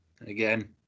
Again